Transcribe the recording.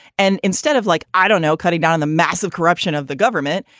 and instead of, like, i don't know, cutting down and the massive corruption of the government,